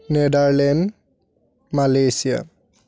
Netherlands Malaysia